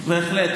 בהחלט.